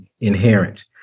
inherent